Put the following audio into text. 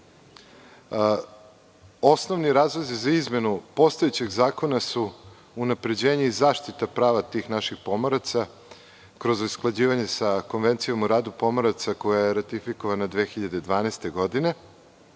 posao. Osnovni razlozi za izmenu postojećeg zakona su unapređenje i zaštita prava tih naših pomoraca kroz usklađivanje sa Konvencijom o radu pomoraca koja je ratifikovana 2012. godine.